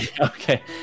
Okay